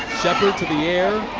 sheppard to the air.